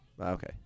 Okay